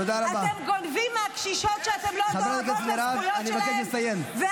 אתם גונבים מהקשישות שאתם לא דואגים לזכויות שלהן -- תודה רבה.